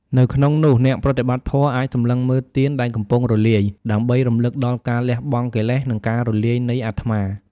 នៅក្នុងនោះ អ្នកប្រតិបត្តិធម៌អាចសម្លឹងមើលទៀនដែលកំពុងរលាយ ដើម្បីរំលឹកដល់ការលះបង់កិលេស និងការរលាយនៃអត្មា។